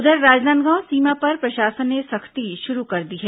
उधर राजनांदगांव सीमा पर प्रशासन ने सख्ती शुरू कर दी है